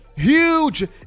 Huge